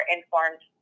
Informed